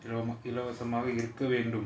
இலவசமாக இருக்க வேண்டும்:ilavasamaaga irukka vendum